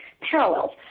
parallels